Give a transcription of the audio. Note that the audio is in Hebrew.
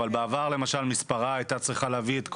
בעבר, למשל, מספרה הייתה צריכה להביא את הכול: